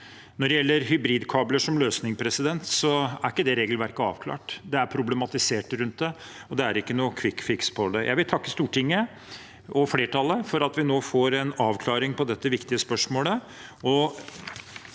Når det gjelder hybridkabler som løsning, er ikke det regelverket avklart. Det er problematisert rundt det, og det er ikke noen kvikkfiks for det. Jeg vil takke Stortinget og flertallet for at vi nå får en avklaring av dette viktige spørsmålet.